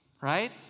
right